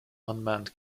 unmanned